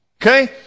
Okay